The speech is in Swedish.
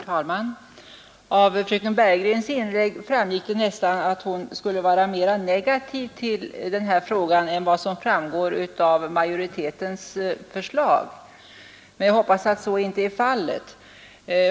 Herr talman! Av fröken Bergegrens inlägg föreföll det nästan som om hon skulle vara mera negativ till motionsförslaget än vad som framgår av utskottsmajoritetens betänkande, men jag hoppas att så inte är fallet.